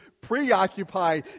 preoccupy